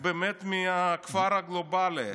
באמת מהכפר הגלובלי.